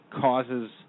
causes